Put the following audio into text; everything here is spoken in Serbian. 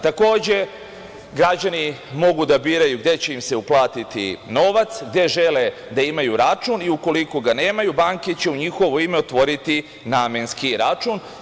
Takođe, građani mogu da biraju gde će im se uplatiti novac, gde žele da imaju račun i ukoliko ga nemaju banke će u njihovo ime otvoriti namenski račun.